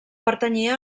pertanyia